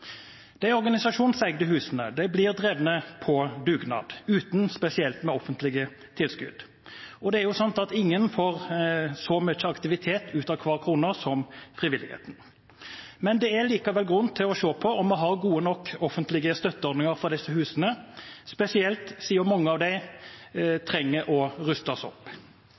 husene blir drevet på dugnad, uten spesielt med offentlige tilskudd. Det er jo sant at ingen får så mye aktivitet ut av hver krone som frivilligheten. Det er likevel grunn til å se på om vi har gode nok offentlige støtteordninger for disse husene, spesielt siden mange av dem trenger å rustes opp.